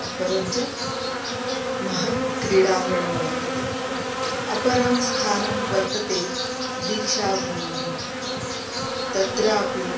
अपरञ्च महत् क्रीडाङ्गणं वर्तते अपरं स्थानं वर्तते दीक्षाभूमिः तत्रापि